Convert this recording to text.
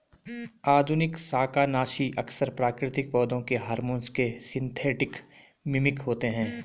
आधुनिक शाकनाशी अक्सर प्राकृतिक पौधों के हार्मोन के सिंथेटिक मिमिक होते हैं